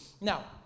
Now